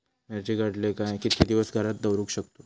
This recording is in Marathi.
मिर्ची काडले काय कीतके दिवस घरात दवरुक शकतू?